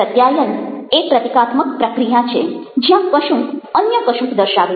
પ્રત્યાયન એ પ્રતીકાત્મક પ્રક્રિયા છે જ્યાં કશુંક અન્ય કશુંક દર્શાવે છે